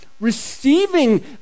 receiving